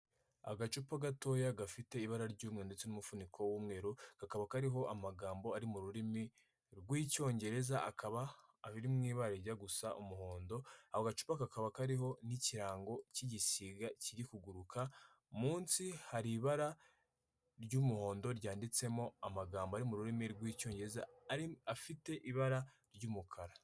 Agacupa gatoya gafite ibara ry'umweru ndetse n'umufuniko w'umweru, kakaba kariho amagambo ari mu rurimi rw'icyongereza, akaba ari mu ibara rijya gusa umuhondo, ako gacupa kakaba kariho n'ikirango cy'igisiga kiri kuguruka, munsi hari ibara ry'umuhondo ryanditsemo amagambo ari mu rurimi rw'icyongereza afite ibara ry'umukara.